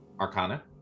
arcana